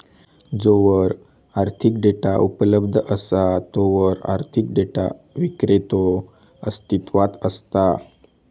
जोवर आर्थिक डेटा उपलब्ध असा तोवर आर्थिक डेटा विक्रेतो अस्तित्वात असता